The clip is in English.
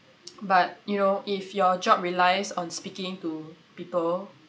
but you know if your job relies on speaking to people